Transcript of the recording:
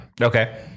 Okay